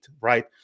right